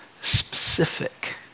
specific